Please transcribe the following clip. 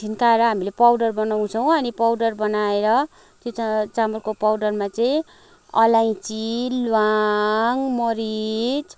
छिन्काएर हामीले पाउडर बनाउँछौँ अनि पाउडर बनाएर त्यो च चामलको पाउडरमा चाहिँ अलैँची ल्वाङ मरिच है